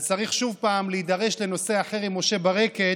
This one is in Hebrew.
אז צריך שוב פעם להידרש לנושא אחר עם משה ברקת,